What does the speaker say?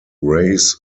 raise